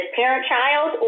parent-child